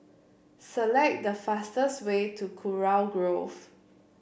select the fastest way to Kurau Grove